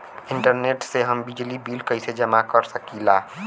Internet से हम बिजली बिल कइसे जमा कर सकी ला?